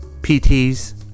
PTs